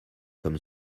comme